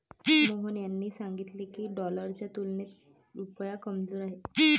मोहन यांनी सांगितले की, डॉलरच्या तुलनेत रुपया कमजोर आहे